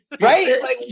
Right